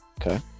Okay